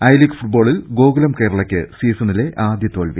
I League ഫുട്ബോളിൽ ഗോകുലം കേരളക്ക് സീസണിലെ ആദ്യതോൽവി